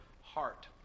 heart